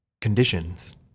conditions